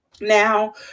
now